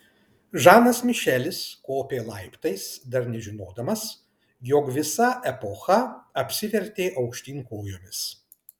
žanas mišelis kopė laiptais dar nežinodamas jog visa epocha apsivertė aukštyn kojomis